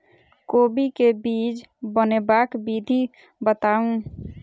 कोबी केँ बीज बनेबाक विधि बताऊ?